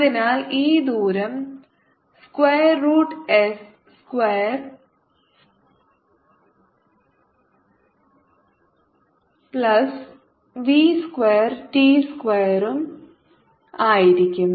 അതിനാൽ ഈ ദൂരം square root s square plus v square t സ്ക്വയറും ആയിരിക്കും